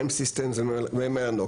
אמ סיסטם ומלנוקס,